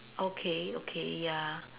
okay okay ya